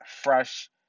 fresh